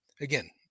again